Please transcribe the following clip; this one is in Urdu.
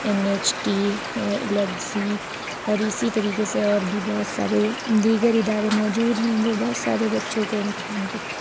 این ایچ ٹی اور الیگزی اور اسی طریقے سے اور بھی بہت سارے دیگر ادارے موجود ہیں جو بہت سارے بچوں کو امتحان کی